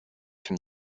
from